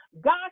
God